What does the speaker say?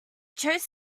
chose